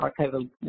archival